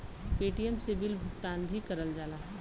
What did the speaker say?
Paytm से bill भुगतान भी करल जाला